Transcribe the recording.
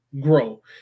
grow